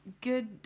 good